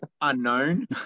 unknown